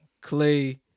Clay